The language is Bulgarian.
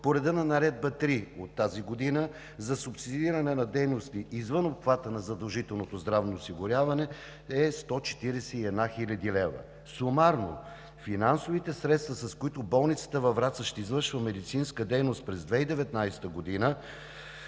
по реда на Наредба № 3 от тази година за субсидиране на дейности извън обхвата на задължителното здравно осигуряване е 141 хил. лв. Сумарно финансовите средства, с които болницата във Враца ще извършва медицинска дейност през 2019 г.,